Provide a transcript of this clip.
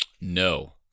No